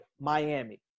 Miami